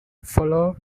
follow